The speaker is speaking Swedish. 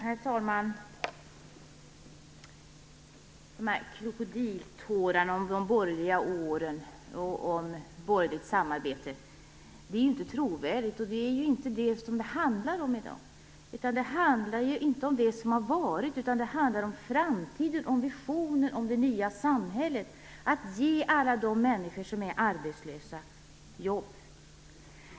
Herr talman! Dessa krokodiltårar över de borgerliga åren och det borgerliga samarbetet är inte trovärdiga. Det handlar ju inte om detta i dag. Det handlar inte om det som har varit utan om framtiden, om visioner, om det nya samhället och att ge alla de människor som är arbetslösa jobb.